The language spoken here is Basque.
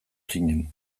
zinen